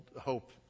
hope